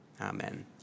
Amen